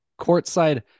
courtside